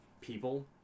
people